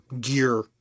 gear